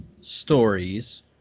stories